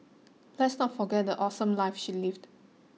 let's not forget the awesome life she lived